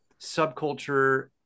subculture